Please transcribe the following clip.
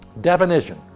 definition